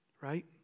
Right